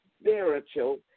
spiritual